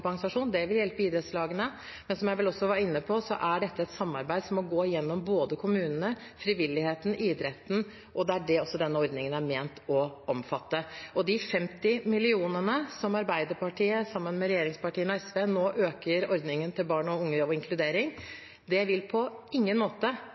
vil hjelpe idrettslagene, men som jeg vel også var inne på, er dette et samarbeid som må gå gjennom både kommunene, frivilligheten og idretten, og det er også det denne ordningen er ment å omfatte. De 50 mill. kr som Arbeiderpartiet sammen med Senterpartiet og SV nå øker når det gjelder inkluderingsordningen til barn og unge,